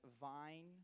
vine